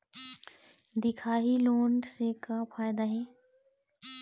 दिखाही लोन से का फायदा हे?